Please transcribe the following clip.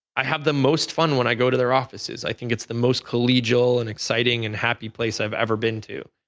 i have the most fun when i go to their offices. i think it's the most collegial and exciting, and happy place i've ever been to.